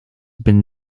been